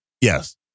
Yes